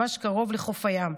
ממש קרוב לחוף הים,